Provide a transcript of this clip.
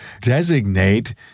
designate